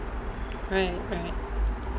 right right